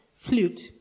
flute